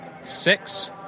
six